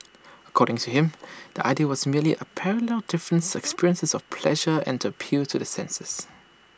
according to him the idea was merely parallel different experiences of pleasure and appeal to the senses